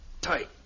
tight